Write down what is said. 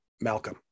Malcolm